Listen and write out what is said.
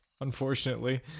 unfortunately